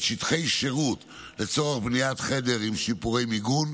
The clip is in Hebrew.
שטחי שירות לצורך בניית חדר עם שיפורי מיגון,